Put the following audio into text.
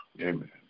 Amen